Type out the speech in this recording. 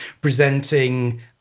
presenting